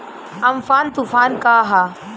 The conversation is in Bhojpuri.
अमफान तुफान का ह?